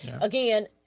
again